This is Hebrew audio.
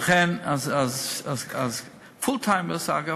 פול-טיימרס, אגב,